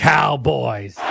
Cowboys